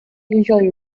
usually